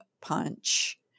punch